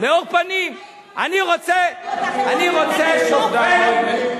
אני רוצה שופט עם מאור פנים.